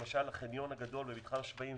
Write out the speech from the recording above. למשל החניון הגדול במתחם שפיים.